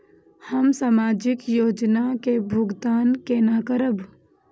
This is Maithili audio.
हम सामाजिक योजना के भुगतान केना करब?